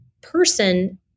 person